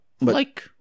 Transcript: Like-